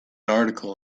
article